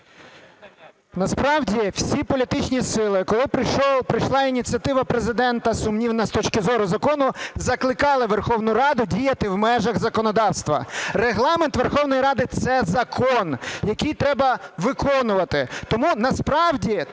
Насправді всі політичні сили, коли прийшла ініціатива Президента сумнівна з точки зору закону, закликали Верховну Раду діяти в межах законодавства. Регламент Верховної Ради – це закон, який треба виконувати. Тому насправді,